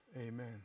amen